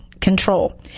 Control